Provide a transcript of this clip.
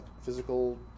physical